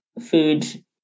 food